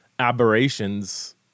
aberrations